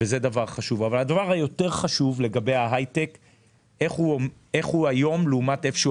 הדבר היותר חשוב לגבי ההייטק זה איך הוא היום לעומת איפה שהוא